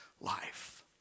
life